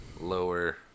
Lower